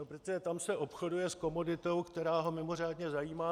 No protože tam se obchoduje s komoditou, která ho mimořádně zajímá.